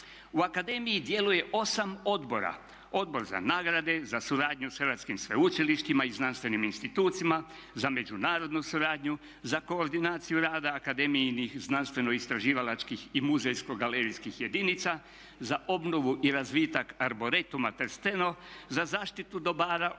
U akademiji djeluje 8 odbora, Odbor za nagrade, za suradnju sa hrvatskim sveučilištima i znanstvenim institucijama, za međunarodnu suradnju, za koordinaciju rada akademijinih znanstveno istraživačkih i muzejsko galerijskih jedinica, za obnovu i razvitak arboretuma trsteno, za zaštitu dobara od